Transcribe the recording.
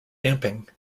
damping